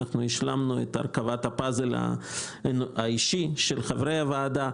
השלמנו את הרכבת הפאזל האישי של חברי הוועדה.